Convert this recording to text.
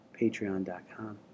patreon.com